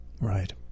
Right